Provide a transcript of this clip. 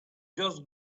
just